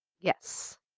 Yes